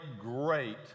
great